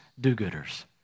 do-gooders